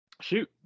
shoot